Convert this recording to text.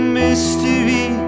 mystery